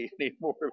anymore